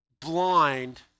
blind